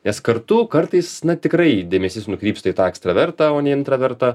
nes kartu kartais na tikrai dėmesys nukrypsta į tą ekstravertą o ne intravertą